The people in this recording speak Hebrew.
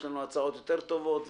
יש לנו הצעות טובות יותר".